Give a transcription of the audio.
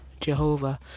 Jehovah